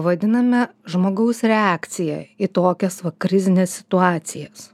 vadiname žmogaus reakciją į tokias va krizines situacijas